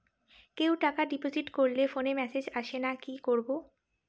কেউ টাকা ডিপোজিট করলে ফোনে মেসেজ আসেনা কি করবো?